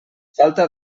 falta